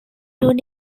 two